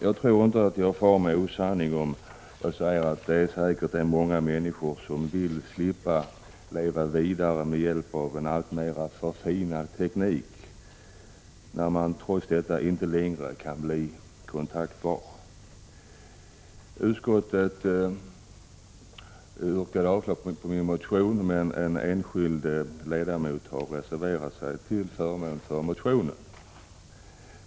Jag tror inte att jag far med osanning om jag säger att många människor säkert vill slippa leva vidare med hjälp av en alltmer förfinad teknik, då det trots allt inte längre är möjligt att bli kontaktbar. Utskottet avstyrker motionen, men en enskild ledamot reserverade sig till förmån för motionen.